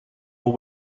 will